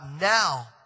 now